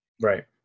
Right